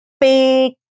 big